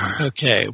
Okay